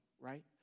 right